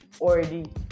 already